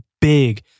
big